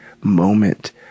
moment